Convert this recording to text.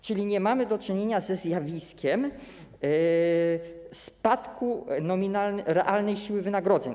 Czyli nie mamy do czynienia ze zjawiskiem spadku realnej siły wynagrodzeń.